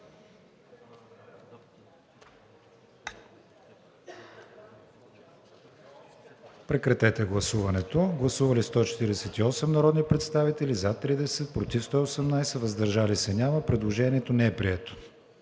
режим на гласуване. Гласували 150 народни представители: за 130, против 20, въздържали се няма. Предложението е прието.